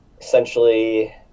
Essentially